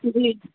جی